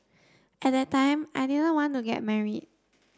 at that time I didn't want to get married